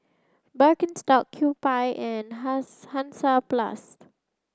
Birkenstock Kewpie and Hansaplast